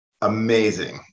amazing